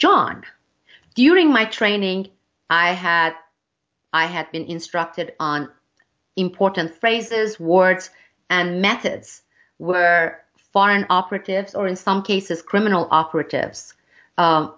john during my training i had i had been instructed on important phrases wards and methods were foreign operatives or in some cases criminal operatives